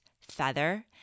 feather